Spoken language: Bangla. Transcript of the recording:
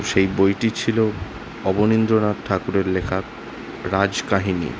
সেই বইটি ছিলো অবনীন্দ্রনাথ ঠাকুরের লেখা রাজকাহিনী